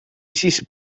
sis